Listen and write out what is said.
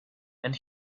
and